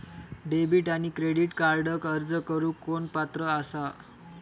Debit आणि credit कार्डक अर्ज करुक कोण पात्र आसा?